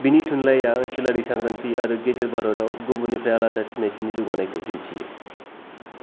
बिनि थुनलाइया ओनसोलारि सांग्रांथि आरो गेजेर भारतआव गुबुननिफ्राय आलादा सिनायथिनि जौगानायखौ दिन्थियो